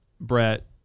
Brett